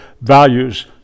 values